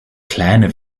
kleine